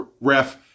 Ref